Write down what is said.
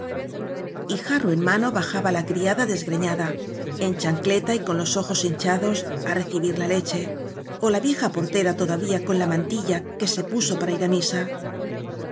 lléeet jarro en mano bajaba la criada desgreñada en chancleta y con los ojos hinchados á recibir la leche ó la vieja portera todavía con la man tilla que se puso para ir á misa